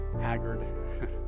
haggard